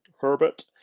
Herbert